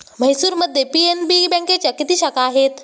म्हैसूरमध्ये पी.एन.बी बँकेच्या किती शाखा आहेत?